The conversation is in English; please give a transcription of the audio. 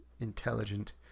intelligent